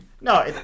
no